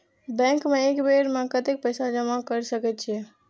Bank में एक बेर में कतेक पैसा जमा कर सके छीये?